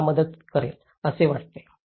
मी तुम्हाला मदत करेल असे वाटते